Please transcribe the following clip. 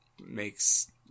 makes